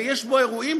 ויש בו אירועים,